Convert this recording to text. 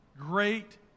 great